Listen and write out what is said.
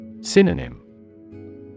Synonym